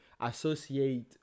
associate